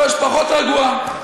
פחות רגוע.